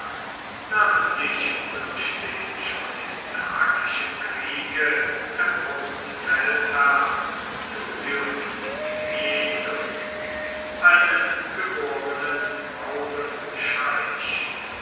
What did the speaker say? namentlich durch den schon im dakischen kriege erprobten feldherrn lusius quietus einen geborenen maurenscheich